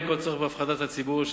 אין כל צורך בהפחדת הציבור,